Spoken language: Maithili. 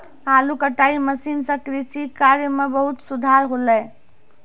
आलू कटाई मसीन सें कृषि कार्य म बहुत सुधार हौले